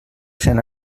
cent